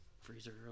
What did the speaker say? freezer